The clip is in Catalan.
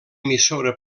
emissora